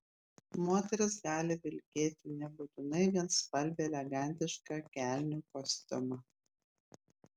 moteris gali vilkėti nebūtinai vienspalvį elegantišką kelnių kostiumą